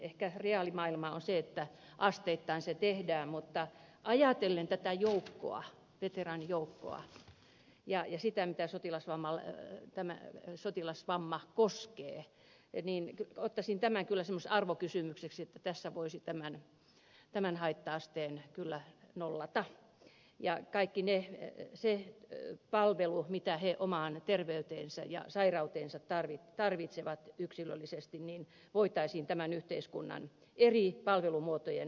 ehkä reaalimaailma on se että asteittain se tehdään mutta ajatellen tätä veteraanijoukkoa ja esitän tässä tilassa omalle tämä jota sotilasvamma koskee ottaisin tämän kyllä semmoiseksi arvokysymykseksi että tässä voisi tämän haitta asteen kyllä nollata ja kaikki se palvelu mitä he omaan terveyteensä ja sairauteensa tarvitsevat yksilöllisesti voitaisiin tämän yhteiskunnan eri palvelumuotojen myötä toteuttaa